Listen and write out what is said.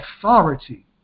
authority